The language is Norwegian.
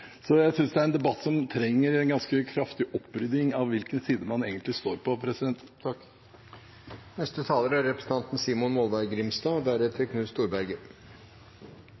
Så jeg synes dette er en debatt som trenger en ganske kraftig opprydding når det gjelder hvilken side man egentlig står på. Når det er snakk om å spare pengar og miljø samtidig, då er